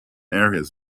areas